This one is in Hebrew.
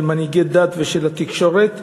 של מנהיגי דת ושל התקשורת,